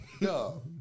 No